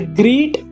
greet